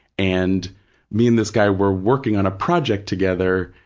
and me and this guy were working on a project together,